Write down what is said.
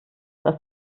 dass